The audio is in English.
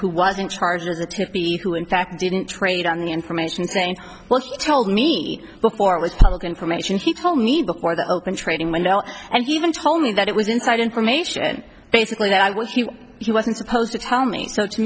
who was in charge of the to me who in fact didn't trade on the information saying well he told me before it was public information he told me before the open trading window and he even told me that it was inside information basically that i was he wasn't supposed to tell me so to